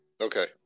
Okay